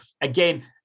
again